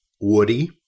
woody